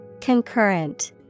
Concurrent